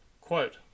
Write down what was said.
Quote